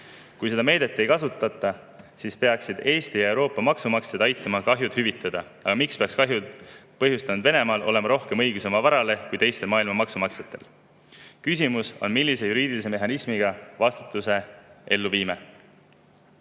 Kui seda meedet ei kasutata, siis peaksid Eesti ja Euroopa maksumaksjad aitama kahjud hüvitada. Aga miks peaks kahju põhjustanud Venemaal olema rohkem õigust oma varale kui teistel maailma maksumaksjatel? Küsimus on, millise juriidilise mehhanismiga me vastutusele [võtmise]